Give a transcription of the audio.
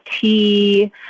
tea